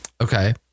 Okay